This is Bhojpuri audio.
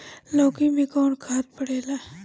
लौकी में कौन खाद पड़ेला?